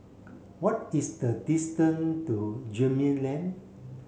what is the distance to Gemmill Lane